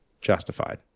justified